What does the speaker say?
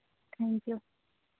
thank you